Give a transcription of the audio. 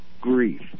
grief